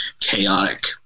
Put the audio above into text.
chaotic